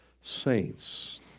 saints